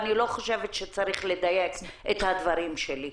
אני לא חושבת שצריך לדייק את הדברים שלי,